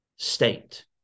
state